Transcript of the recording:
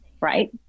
right